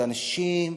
זה אנשים,